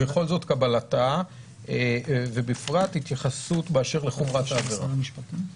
ובפרט אשמח להתייחסות לנושא חומרת העברה.